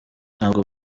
ntabwo